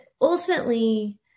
ultimately